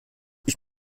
ich